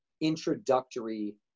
introductory